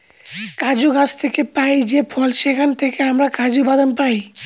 কাজু গাছ থেকে পাই যে ফল সেখান থেকে আমরা কাজু বাদাম পাই